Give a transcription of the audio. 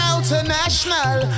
International